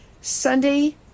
Sunday